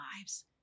lives